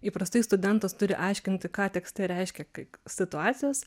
įprastai studentas turi aiškinti ką tekste reiškia kai situacijos